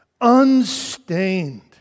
unstained